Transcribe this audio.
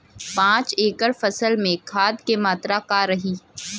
पाँच एकड़ फसल में खाद के मात्रा का रही?